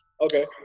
Okay